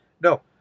No